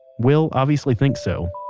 will obviously thinks so